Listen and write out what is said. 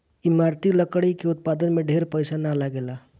इमारती लकड़ी के उत्पादन में ढेर पईसा ना लगेला